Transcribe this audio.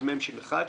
של מ"ש1,